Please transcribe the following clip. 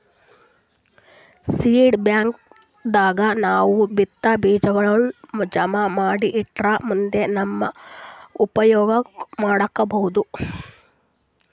seed bank ದಾಗ್ ನಾವ್ ಬಿತ್ತಾ ಬೀಜಾಗೋಳ್ ಜಮಾ ಮಾಡಿ ಇಟ್ಟರ್ ಮುಂದ್ ನಾವ್ ಉಪಯೋಗ್ ಮಾಡ್ಕೊಬಹುದ್